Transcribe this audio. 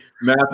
math